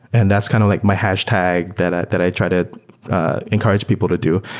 and that's kind of like my hash tag that i that i try to encourage people to do.